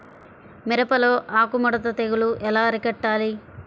మిరపలో ఆకు ముడత తెగులు ఎలా అరికట్టాలి?